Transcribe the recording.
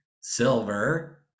silver